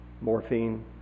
morphine